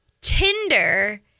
Tinder